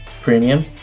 premium